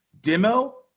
demo